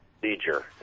procedure